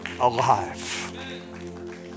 alive